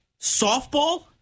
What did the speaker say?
softball